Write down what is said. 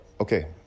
okay